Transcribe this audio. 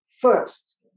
first